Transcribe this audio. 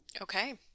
Okay